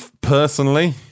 personally